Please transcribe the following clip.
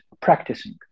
practicing